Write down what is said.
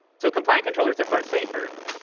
so complaint controllers are far safer,